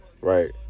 right